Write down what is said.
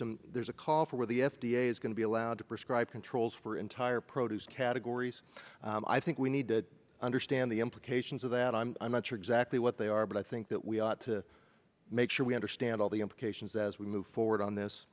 some there's a call for the f d a is going to be allowed to prescribe controls for entire produce categories i think we need to understand the implications of that i'm not sure exactly what they are but i think that we ought to make sure we understand all the implications as we move forward on this